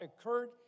occurred